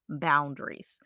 Boundaries